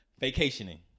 Vacationing